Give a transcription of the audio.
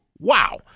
wow